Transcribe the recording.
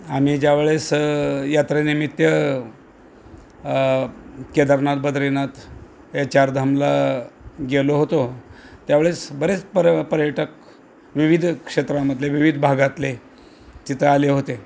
आम्ही ज्यावेळेस यात्रानिमित्त केदारनाथ बद्रीनाथ या चारधामला गेलो होतो त्यावेळेस बरेच पर पर्यटक विविध क्षेत्रामधले विविध भागातले तिथं आले होते